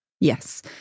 yes